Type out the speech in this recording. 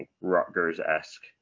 Rutgers-esque